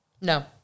No